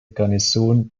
garnison